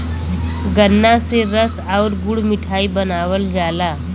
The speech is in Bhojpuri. गन्रा से रस आउर गुड़ मिठाई बनावल जाला